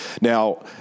Now